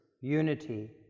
unity